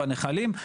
בנחלים,